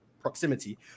proximity